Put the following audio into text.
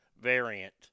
variant